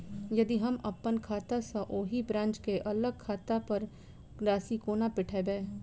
यदि हम अप्पन खाता सँ ओही ब्रांच केँ अलग खाता पर राशि कोना पठेबै?